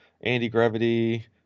anti-gravity